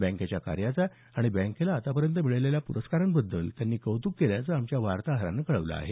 बँकेच्या कार्याचा आणि बँकेला आतापर्यंत मिळालेल्या प्रस्कारांबद्दल त्यांनी कौतुक केल्याचं आमच्या वार्ताहरान कळवलं आहे